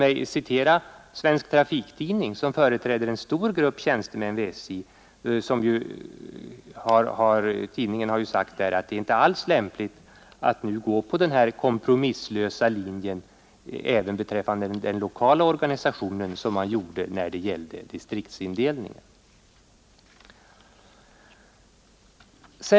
Jag vill bara erinra om att Svensk Trafiktidning, som företräder en stor grupp tjänstemän vid SJ, har framhållit att det inte alls är lämpligt att gå på samma kompromisslösa linje beträffande den lokala organisationen som man gjorde när det gällde distriktsindelningen.